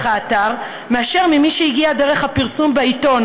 האתר מאשר ממי שהגיע דרך הפרסום בעיתון,